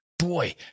Boy